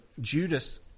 Judas